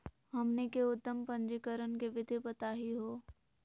हमनी के उद्यम पंजीकरण के विधि बताही हो?